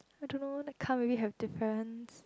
I don't know the car maybe have difference